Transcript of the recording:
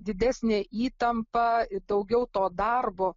didesnė įtampa ir daugiau to darbo